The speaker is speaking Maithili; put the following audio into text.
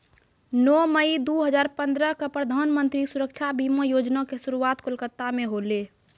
नौ मई दू हजार पंद्रह क प्रधानमन्त्री सुरक्षा बीमा योजना के शुरुआत कोलकाता मे होलै